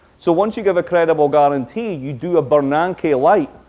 so once you give a credible guarantee, you do a bernanke-lite,